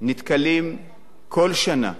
נתקלים כל שנה,